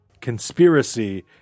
conspiracy